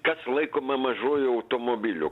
kas laikoma mažuoju automobiliu